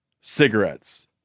cigarettes